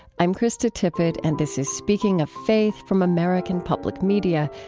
i'm krista tippett, and this is speaking of faith from american public media.